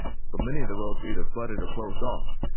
but many of the roads were either flooded or closed off.